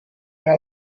mehr